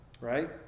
right